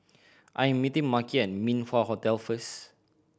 I'm meeting Makhi at Min Wah Hotel first